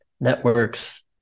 networks